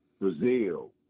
Brazil